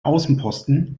außenposten